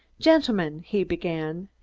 gentlemen, he began,